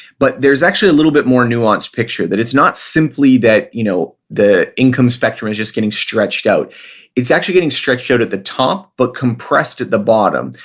but there's actually a little bit more nuance picture. that it's not simply that you know the income spectrum is just getting stretched out it's actually getting stretched out at the top but compressed at the bottom.